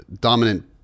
dominant